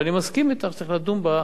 ואני מסכים אתך שצריך לדון בה,